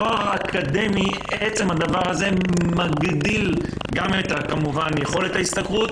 עצם התואר האקדמי מגדיל גם כמובן את יכולת ההשתכרות